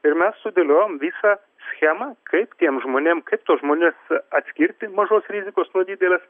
ir mes sudėliojom visą schemą kaip tiem žmonėm kaip tuos žmones atskirti mažos rizikos nuo didelės